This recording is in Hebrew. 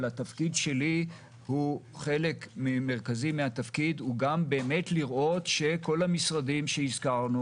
אבל חלק מרכזי מהתפקיד שלי הוא לראות שכל המשרדים שהזכרנו